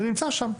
זה נמצא שם,